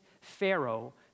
Pharaoh